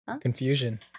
Confusion